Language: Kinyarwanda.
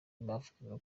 bavugaga